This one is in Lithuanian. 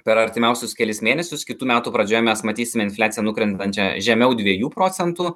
per artimiausius kelis mėnesius kitų metų pradžioje mes matysime infliaciją nukrintančią žemiau dviejų procentų